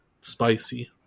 spicy